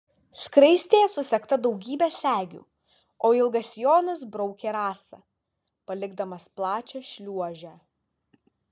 skraistė susegta daugybe segių o ilgas sijonas braukė rasą palikdamas plačią šliuožę